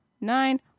nine